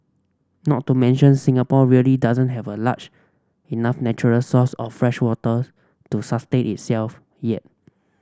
not to mention Singapore really doesn't have a large enough natural source of freshwaters to sustain itself yet